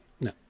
No